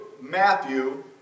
Matthew